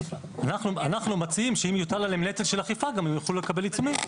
אנחנו מציעים שאם יוטל עליהם נטל של אכיפה הם יוכלו לקבל עיצומים.